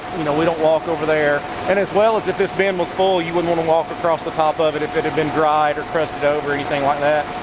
you know we don't walk over there. and, as well, if this bin was full, you wouldn't want to walk across the top of it, if it had been dried or crusted over, or anything like that,